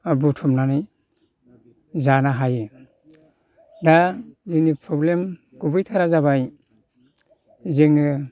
बुथुमनानै जानो हायो दा जोंनि प्रब्लेम गुबैथारा जाबाय जोङो